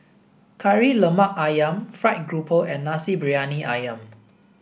Kari Lemak Ayam fried grouper and Nasi Briyani Ayam